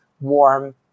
warm